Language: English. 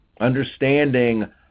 understanding